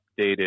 updated